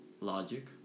Logic